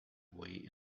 way